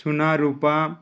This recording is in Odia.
ସୁନା ରୂପା